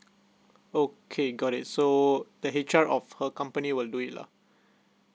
okay got it so the H_R of her company will do it lah